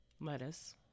Lettuce